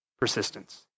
persistence